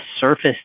surface